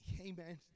Amen